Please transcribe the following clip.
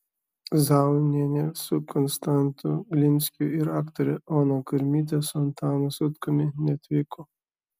zaunienė su konstantu glinskiu ir aktorė ona kurmytė su antanu sutkumi neatvyko